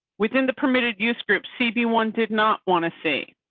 within the permitted use group cb one did not want to see.